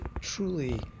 truly